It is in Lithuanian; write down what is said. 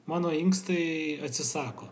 mano inkstai atsisako